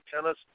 tennis